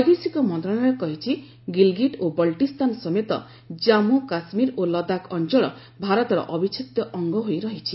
ବୈଦେଶିକ ମନ୍ତ୍ରଣାଳୟ କହିଛି ଗିଲଗିଟି ଓ ବଲ୍ଟିସ୍ଥାନ ସମେତ ଜାମ୍ମୁ କାଶ୍ୱୀର ଓ ଲଦାଖ ଅଞ୍ଚଳ ଭାରତର ଅବିଚ୍ଛେଦ୍ୟ ଅଙ୍ଗ ହୋଇ ରହିଛି